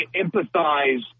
empathize